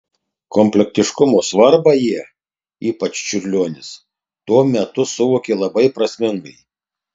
kompleksiškumo svarbą jie ypač čiurlionis tuo metu suvokė labai prasmingai